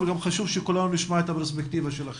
וגם חשוב שכולנו נשמע את הפרספקטיבה שלכם.